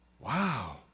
Wow